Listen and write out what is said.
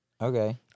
Okay